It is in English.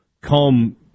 come